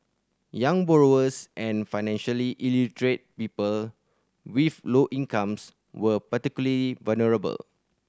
young borrowers and financially illiterate people with low incomes were particularly vulnerable